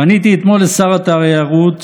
פניתי אתמול לשר התיירות,